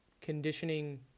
conditioning